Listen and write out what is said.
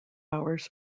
hours